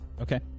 Okay